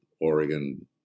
Oregon